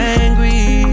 angry